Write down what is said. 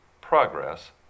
progress